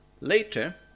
Later